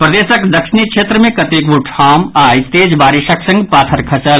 प्रदेशक दक्षिणी क्षेत्र मे कतेको ठाम आई तेज बारिस संग पाथर खसल